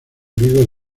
griego